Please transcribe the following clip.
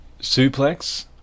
suplex